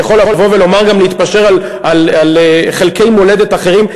יכול לבוא ולומר גם להתפשר גם על חלקי מולדת אחרים.